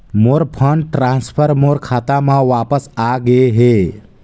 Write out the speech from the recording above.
मोर fund transfer मोर खाता म वापस आ गे हे